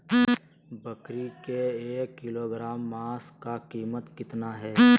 बकरी के एक किलोग्राम मांस का कीमत कितना है?